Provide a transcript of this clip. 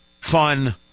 fun